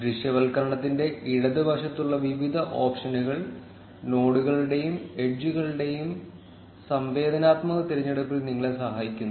ദൃശ്യവൽക്കരണത്തിന്റെ ഇടതുവശത്തുള്ള വിവിധ ഓപ്ഷനുകൾ നോഡുകളുടെയും എഡ്ജുകളുടെയും സംവേദനാത്മക തിരഞ്ഞെടുപ്പിൽ നിങ്ങളെ സഹായിക്കുന്നു